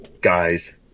guys